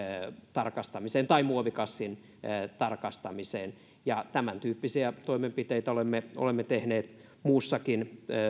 tarkastamiseen tai muovikassin tarkastamiseen tämäntyyppisiä toimenpiteitä olemme olemme tehneet muussakin